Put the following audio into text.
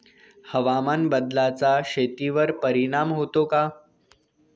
हवामान बदलाचा शेतीवर परिणाम होतो का?